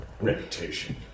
reputation